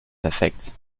perfekt